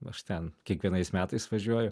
aš ten kiekvienais metais važiuoju